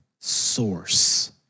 source